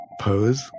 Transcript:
Pose